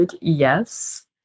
yes